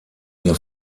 ihr